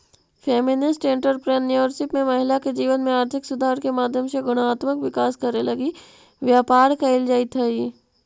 feminist entrepreneurship में महिला के जीवन में आर्थिक सुधार के माध्यम से गुणात्मक विकास करे लगी व्यापार कईल जईत हई